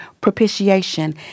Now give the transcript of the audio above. propitiation